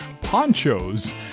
ponchos